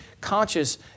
conscious